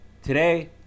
Today